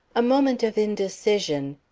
a moment of indecision,